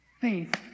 faith